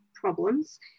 problems